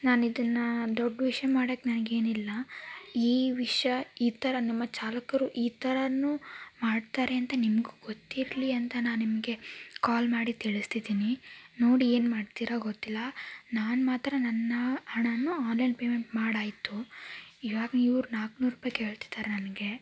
ನಾನಿದನ್ನು ದೊಡ್ಡ ವಿಷಯ ಮಾಡೋಕ್ಕೆ ನನಗೇನಿಲ್ಲ ಈ ವಿಷಯ ಈ ಥರ ನಿಮ್ಮ ಚಾಲಕರು ಈ ಥರನೂ ಮಾಡ್ತಾರೆ ಅಂತ ನಿಮಗೂ ಗೊತ್ತಿರಲಿ ಅಂತ ನಾನು ನಿಮಗೆ ಕಾಲ್ ಮಾಡಿ ತಿಳಿಸ್ತಿದ್ದೀನಿ ನೋಡಿ ಏನು ಮಾಡ್ತೀರಾ ಗೊತ್ತಿಲ್ಲ ನಾನು ಮಾತ್ರ ನನ್ನ ಹಣನ ಆನ್ಲೈನ್ ಪೇಮೆಂಟ್ ಮಾಡಾಯಿತು ಇವಾಗ ಇವರು ನಾನ್ನೂರು ರೂಪಾಯಿ ಕೇಳ್ತಿದ್ದಾರೆ ನನಗೆ